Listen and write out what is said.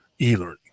e-learning